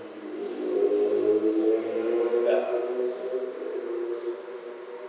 ya